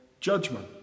judgment